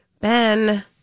Ben